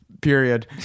Period